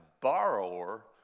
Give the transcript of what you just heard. borrower